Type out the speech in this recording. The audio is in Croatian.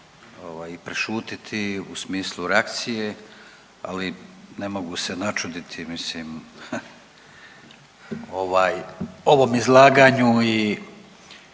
prešutiti u smislu reakcije, ali ne mogu se načuditi mislim ovom izlaganju i